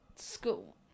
school